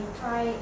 try